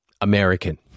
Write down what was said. American